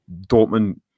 Dortmund